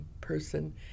person